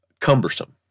cumbersome